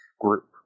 group